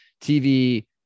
TV